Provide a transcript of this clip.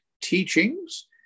teachings